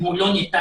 אם עוד לא ניתן,